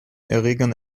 erregern